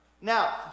Now